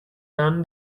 turned